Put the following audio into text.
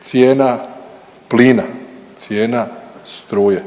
Cijena plina, cijena struje,